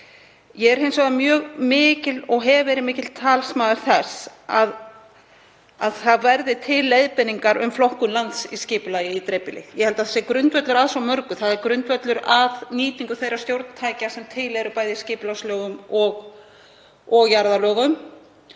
Ég hef hins vegar verið mikill talsmaður þess að til verði leiðbeiningar um flokkun lands í skipulagi í dreifbýli. Ég held að það sé grundvöllur að svo mörgu. Það er grundvöllur að nýtingu þeirra stjórntækja sem til eru, bæði í skipulagslögum og jarðalögum.